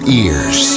ears